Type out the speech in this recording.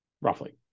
Roughly